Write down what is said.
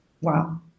wow